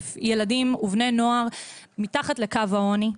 ילדים ובני נוער מתחת לקו העוני.